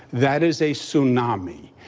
that is a tsunami.